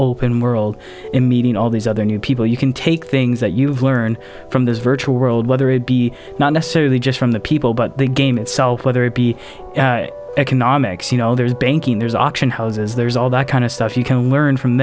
open world in meeting all these other new people you can take things that you've learned from this virtual world whether it be not necessarily just from the people but the game itself whether it be economics you know there's banking there's auction houses there's all that kind of stuff you can